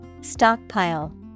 Stockpile